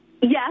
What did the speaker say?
Yes